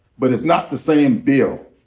but it's not the same bill.